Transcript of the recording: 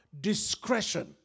Discretion